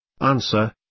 Answer